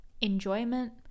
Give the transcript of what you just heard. enjoyment